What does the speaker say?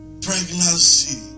pregnancy